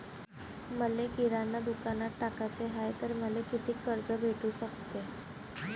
मले किराणा दुकानात टाकाचे हाय तर मले कितीक कर्ज भेटू सकते?